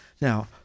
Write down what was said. now